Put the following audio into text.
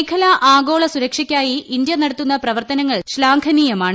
മേഖല ആഗോള സുരക്ഷയ്ക്കായി ഇന്ത്യ നടത്തുന്ന പ്രവർത്തനങ്ങൾ ശ്ലാഘനീയമാണ്